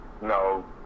No